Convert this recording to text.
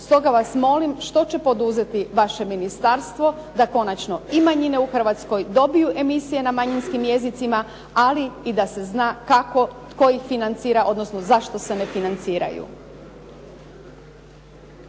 Stoga vas molim što će poduzeti vaše ministarstvo da konačno i manjine u Hrvatskoj dobiju emisije na manjinskim jezicima ali i da se zna kako, tko ih financira odnosno zašto se ne financiraju?